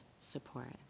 support